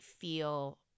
feel